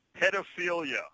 pedophilia